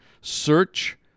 search